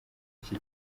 iki